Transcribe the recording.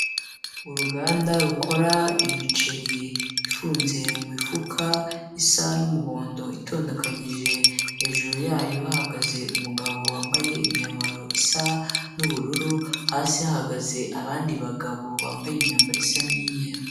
Uruganda rukora imiceri ifunze mu mifuka isa n'umuhondo itondekanyije, hejuru yayo hahagaze umugabo wambaye imyambaro isa n'ubururu, hasi hahagaze abandi bagabo bambaye imyambaro isa n'iyera.